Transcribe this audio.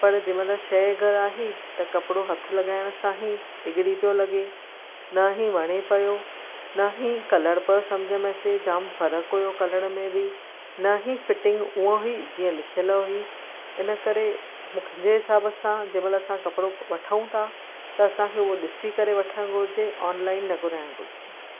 पर जंहिं महिल शइ घरु आहे त कपिड़ो हथ लॻाइण सां ई एग्री पियो लॻे न ही वणे पियो न ही कलर पियो समुझ में अचे जाम फ़र्क़ु हुओ कलर में बि न ही फ़िटिंग उहा ही जीअं लिखयल हुई इनकरे मुंहिंजे हिसाब सां जंहिं महिल असां कपिड़ो वठूं था त असांखे उहो ॾिसी करे वठणु घुरिजे ऑनलाइन न घुराइणु घुरिजे